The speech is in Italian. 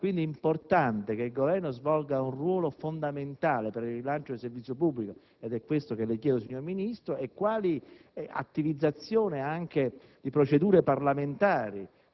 che sia importante che il Governo svolga un ruolo fondamentale per il rilancio del servizio pubblico ed è per questo che le chiedo, signor Ministro, quali procedure parlamentari